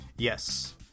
Yes